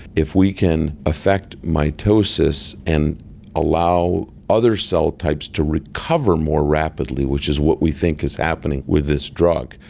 if we can affect mitosis and allow other cell types to recover more rapidly, which is what we think is happening with this drug,